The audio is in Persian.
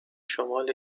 شمال